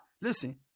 listen